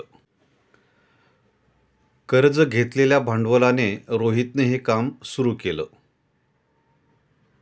कर्ज घेतलेल्या भांडवलाने रोहितने हे काम सुरू केल